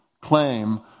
Claim